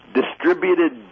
distributed